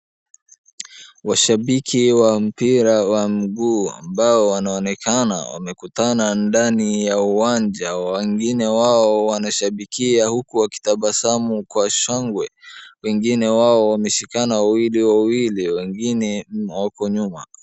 Washabiki wa mpira wa mguu ambao wanaonekana wamekutana ndani ya uwanja. Wengine wao wanashabikia huku wakitabasamu kwa shangwe. Wengine wao wameshikana wawili wawili, wengine wako nyuma.